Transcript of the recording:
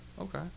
Okay